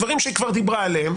דברים שהיא כבר דיברה עליהם.